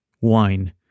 wine